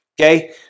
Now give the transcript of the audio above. okay